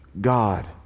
God